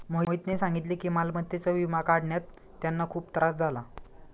मोहितने सांगितले की मालमत्तेचा विमा काढण्यात त्यांना खूप त्रास झाला